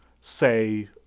Say